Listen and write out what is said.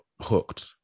hooked